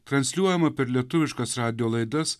transliuojama per lietuviškas radijo laidas